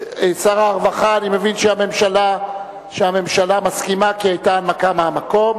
אני מבין שהממשלה מסכימה כי היתה הנמקה מהמקום.